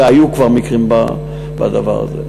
והיו כבר מקרים בדבר הזה.